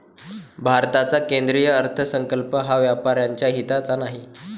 भारताचा केंद्रीय अर्थसंकल्प हा व्यापाऱ्यांच्या हिताचा नाही